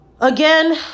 Again